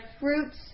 fruits